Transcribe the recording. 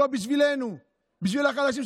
לא בשבילנו אלא בשביל החלשים,